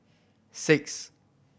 six